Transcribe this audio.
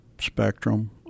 spectrum